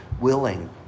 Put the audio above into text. willing